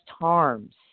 harms